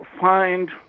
find